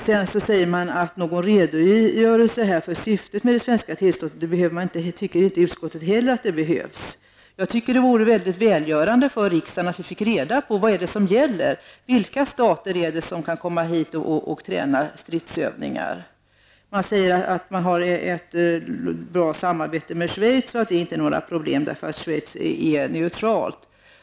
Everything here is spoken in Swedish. Sedan säger utskottets majoritet att man inte tycker att det behövs någon redogörelse för syftet med det svenska tillståndet. Jag tycker att det vore välgörande för riksdagen att få reda på vad det är som gäller. Vilka stater är det som kan komma hit och bedriva stridsövningar? Man säger att man har ett bra samarbete med Schweiz, och att det inte är några problem eftersom Schweiz är neutralt.